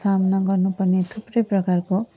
सामना गर्नु पर्ने थुप्रै प्रकारको